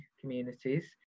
communities